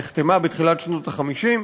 נחתמה בתחילת שנות ה-50,